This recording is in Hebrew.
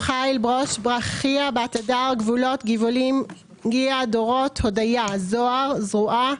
חיל ברוש ברכיה בת הדר גבולות גבעולים גיאה דורות הודייה זוהר זרועה